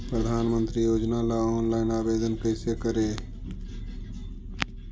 प्रधानमंत्री योजना ला ऑनलाइन आवेदन कैसे करे?